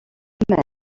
vaste